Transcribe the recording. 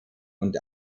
und